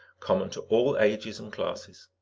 common to all ages and classes.